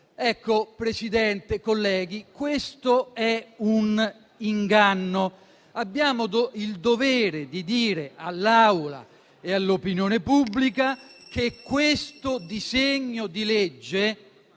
Signor Presidente, colleghi, questo è un inganno. Noi abbiamo il dovere di dire, all'Aula ed all'opinione pubblica, che questo disegno di legge,